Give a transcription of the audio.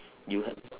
you ha~